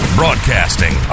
broadcasting